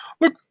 Look